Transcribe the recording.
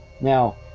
Now